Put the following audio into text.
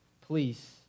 Please